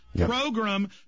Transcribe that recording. program